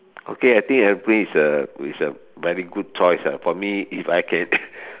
okay I think is a is a very good choice right for me if I can